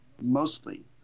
mostly